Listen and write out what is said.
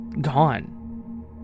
gone